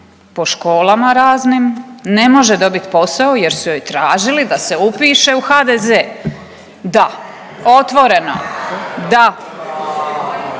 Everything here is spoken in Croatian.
po školama raznim, ne može dobiti posao jer su je tražili da se upiše u HDZ. Da. Otvoreno. Da.